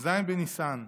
כ"ז בניסן,